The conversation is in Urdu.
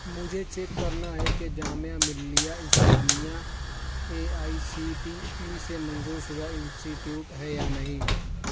مجھے چیک کرنا ہے کہ Jamia Millia Islamia A I C T E سے منظورشدہ انسٹیٹیوٹ ہے یا نہیں